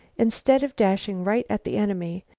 instead of dashing right at the enemy,